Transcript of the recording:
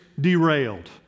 derailed